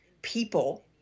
people